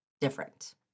different